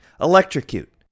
Electrocute